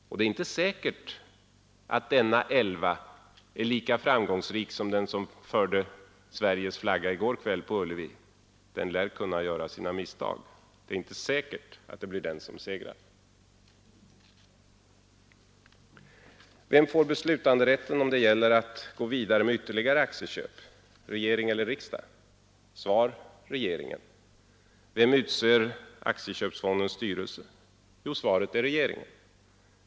Och det är inte säkert att den elvan är lika framgångsrik som den som förde Sveriges flagga i går på Ullevi. Den lär kunna göra sina misstag. Det är inte säkert att det blir den som segrar. Vem får t.ex. beslutanderätten om det gäller att gå vidare med ytterligare aktieköp? Regering eller riksdag? Svar: regeringen. Vem utser aktieköpsfondens styrelse? Svaret är: regeringen.